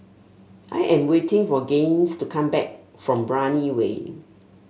I am waiting for Gaines to come back from Brani Way